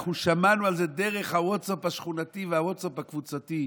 אנחנו שמענו על זה דרך הווטסאפ השכונתי והווטסאפ הקבוצתי.